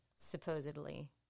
Supposedly